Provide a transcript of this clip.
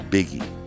Biggie